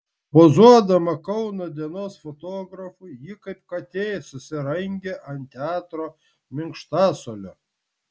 pozuodama kauno dienos fotografui ji kaip katė susirangė ant teatro minkštasuolio